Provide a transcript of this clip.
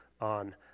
on